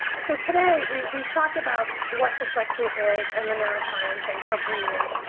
so today we've we've talked about what dyslexia is and the neuroscience and of reading.